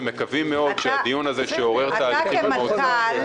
ומקווים מאד שהדיון הזה- -- אתה כמנכ"ל,